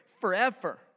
forever